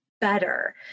better